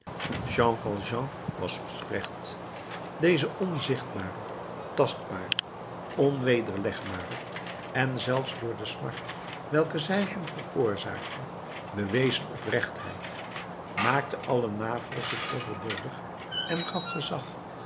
jean valjean was oprecht deze onzichtbare tastbare onwederlegbare en zelfs door de smart welke zij hem veroorzaakte bewezen oprechtheid maakte alle navorsching overbodig en gaf gezag